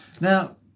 Now